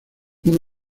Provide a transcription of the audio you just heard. uno